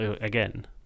Again